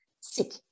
sick